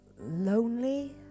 lonely